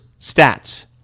stats